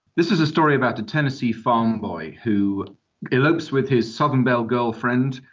this is a story about a tennessee farm boy who elopes with his southern belle girlfriend,